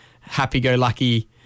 happy-go-lucky